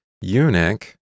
eunuch